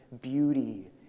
beauty